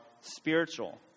spiritual